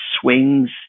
swings